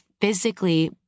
physically